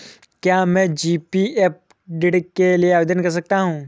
क्या मैं जी.पी.एफ ऋण के लिए आवेदन कर सकता हूँ?